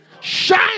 shine